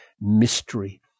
mystery